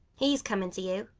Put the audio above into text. he's coming to you.